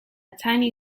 tiny